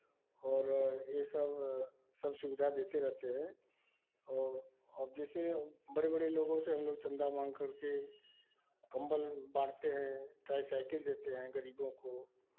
और यह सब सब सुविधा देते रहते हैं और अब जैसे बड़े बड़े लोगों से हम लोग चंदा माँग करके कंबल बाँटते हैं ट्राईसाईकिल देते हैं गरीबों को